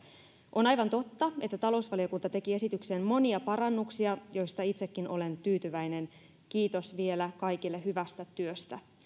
on aivan totta että talousvaliokunta teki esitykseen monia parannuksia joista itsekin olen tyytyväinen kiitos vielä kaikille hyvästä työstä